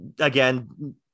again